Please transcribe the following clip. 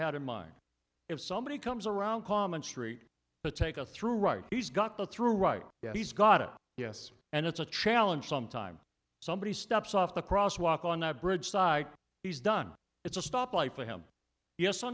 had in mind if somebody comes around common street but take us through right he's got through right he's gotta yes and it's a challenge some time somebody steps off the cross walk on the bridge side he's done it's a stop light for him yes